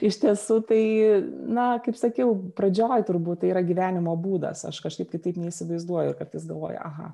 iš tiesų tai na kaip sakiau pradžioj turbūt tai yra gyvenimo būdas aš kažkaip kitaip neįsivaizduoju ir kartais galvoju aha